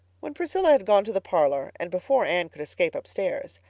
when priscilla had gone to the parlor, and before anne could escape upstairs,